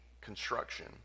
Construction